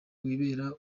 wibereye